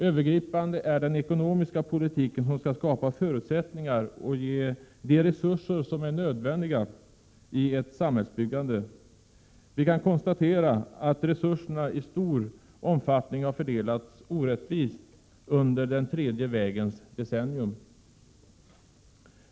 Övergripande är den ekonomiska politiken, som skall skapa förutsättningar och ge de resurser som är nödvändiga i ett samhällsbyggande. Vi kan konstatera att resurserna i stor omfattning har fördelats orättvist under den tredje vägens decennium.